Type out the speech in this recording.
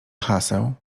haseł